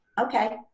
okay